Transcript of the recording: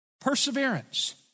Perseverance